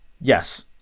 Yes